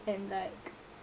and like